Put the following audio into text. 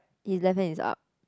his left hand is up